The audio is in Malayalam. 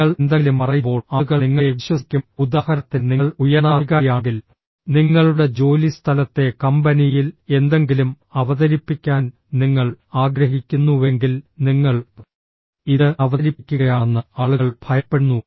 നിങ്ങൾ എന്തെങ്കിലും പറയുമ്പോൾ ആളുകൾ നിങ്ങളെ വിശ്വസിക്കും ഉദാഹരണത്തിന് നിങ്ങൾ ഉയർന്ന അധികാരിയാണെങ്കിൽ നിങ്ങളുടെ ജോലിസ്ഥലത്തെ കമ്പനിയിൽ എന്തെങ്കിലും അവതരിപ്പിക്കാൻ നിങ്ങൾ ആഗ്രഹിക്കുന്നുവെങ്കിൽ നിങ്ങൾ ഇത് അവതരിപ്പിക്കുകയാണെന്ന് ആളുകൾ ഭയപ്പെടുന്നു